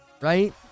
Right